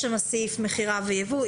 יש שם סעיף מכירה וייבוא,